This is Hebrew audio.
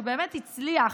שבאמת הצליח